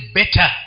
better